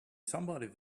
somebody